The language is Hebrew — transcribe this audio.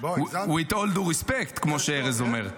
with all due respect, כמו שארז אומר.